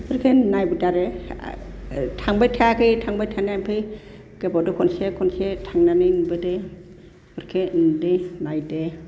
बेफोरखौ नायबोदों आरो थांबाय थायाखै थांबाय थानाया ओमफ्राय गोबावदो खनसे खनसे थांनानै नुबोदों बेफोरखो नुबोदों नायदों